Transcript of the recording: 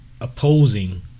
opposing